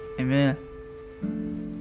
Amen